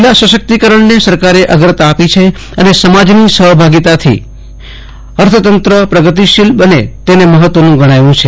મહિલા સશક્તિકરણને સરકારે અગ્રતા આપી છે અને સમાજની સહભાગીતાથી અર્થતંત્ર પ્રગતિશીલ બને તેને મહત્વનું ગણાવ્યું છે